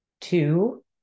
Two